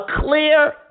clear